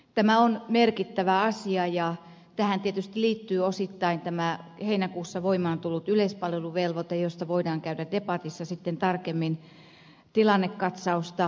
tämä on merkittävä asia ja tähän tietysti liittyy osittain tämä heinäkuussa voimaan tullut yleispalveluvelvoite josta voidaan käydä debatissa sitten tarkemmin tilannekatsausta